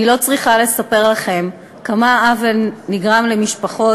אני לא צריכה לספר לכם כמה עוול נגרם למשפחות